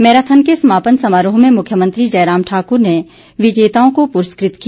marathon के समापन समारोह में मुख्यमंत्री जयराम ठाकुर ने विजेताओं को पुरस्कृत किया